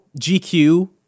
GQ